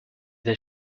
they